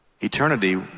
Eternity